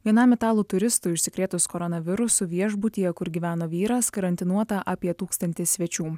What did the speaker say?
vienam italų turistui užsikrėtus koronavirusu viešbutyje kur gyveno vyras karantinuota apie tūkstantį svečių